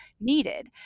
needed